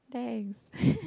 thanks